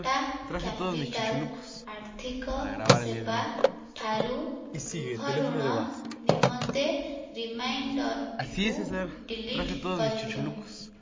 Tata Capital ଆର୍ଥିକ ସେବାଠାରୁ ଗୃହ ଋଣ ନିମନ୍ତେ ରିମାଇଣ୍ଡର୍ଟିକୁ ଡ଼ିଲିଟ୍ କରିଦିଅ